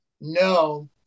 no